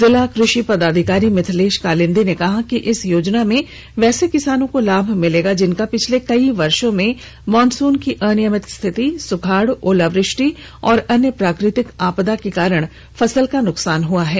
जिला कृषि पदाधिकारी मिथिलेश कालिंदी ने कहा है कि इस योजना में वैसे किसानों को लाभ मिलेगा जिनका पिछले कई वर्षो में मानसून की अनियमित स्थिति सुखाड़ ओलावृष्टि एवं अन्य प्राकृतिक आपदा के कारण फसल का नुकसान हुआ है